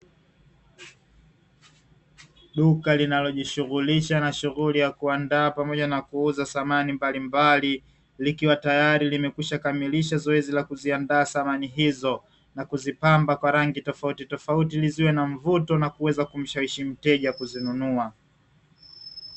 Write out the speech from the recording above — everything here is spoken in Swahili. Duka linalojihusisha na shughuli ya kuandaa pamoja na kuuza samani za aina mbalimbali, likiwa limekwisha kukamilisha zoezi la kuziandaa samani hizo. Kuzipamba kwa rangi tofautitofauti ili ziwe na mvuto unaomshawishi mteja ili aweze kununua.